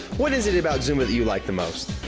what is it about zumba that you like the most?